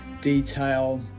detail